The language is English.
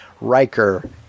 Riker